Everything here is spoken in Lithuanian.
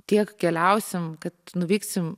tiek keliausim kad nuvyksim